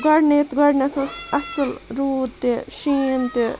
گۄڈٕنیٚتھ گۄڈٕنیٚتھ اوس اَصل روٗد تہِ شیٖن تہِ